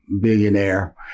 billionaire